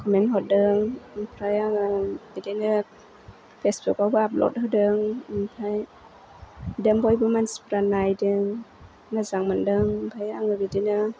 comment हरदों ओमफ्राय आङो बिदिनो फेसबुकआवबो आपलड होदों ओमफ्राय बिदिनो बयबो मानसिफ्रा नायदों मोजां मोन्दों ओमफ्राय आङो बिदिनो